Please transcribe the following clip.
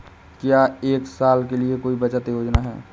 क्या एक साल के लिए कोई बचत योजना है?